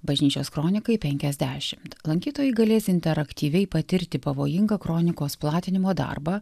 bažnyčios kronikai penkiasdešimt lankytojai galės interaktyviai patirti pavojingą kronikos platinimo darbą